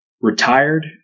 retired